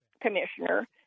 commissioner